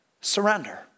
surrender